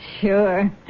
Sure